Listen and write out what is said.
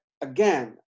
again